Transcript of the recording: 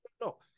no